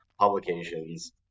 Publications